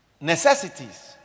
necessities